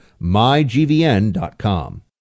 mygvn.com